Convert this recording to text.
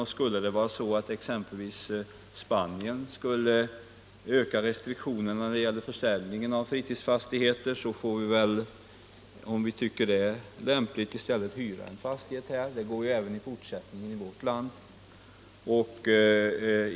Och om Utländska medborexempelvis Spanien skulle öka restriktionerna när det gäller försäljningen gares förvärv av av fritidsfastigheter får vi väl — om vi tycker det är lämpligt — i stället — fritidsfastighet hyra en fastighet här, det går ju även i fortsättningen i vårt land.